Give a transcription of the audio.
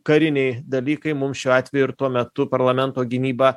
kariniai dalykai mums šiuo atveju ir tuo metu parlamento gynyba